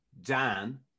Dan